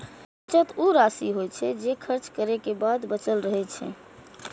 बचत ऊ राशि होइ छै, जे खर्च करै के बाद बचल रहै छै